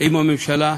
עם הממשלה,